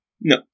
No